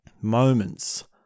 moments